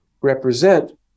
represent